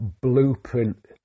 blueprint